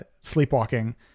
sleepwalking